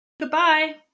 Goodbye